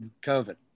COVID